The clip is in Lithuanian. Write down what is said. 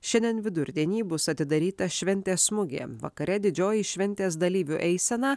šiandien vidurdienį bus atidaryta šventės mugė vakare didžioji šventės dalyvių eisena